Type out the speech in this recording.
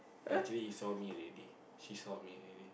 actually he saw me already he saw me already